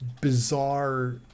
bizarre